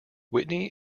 whitney